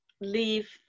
leave